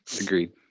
Agreed